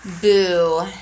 boo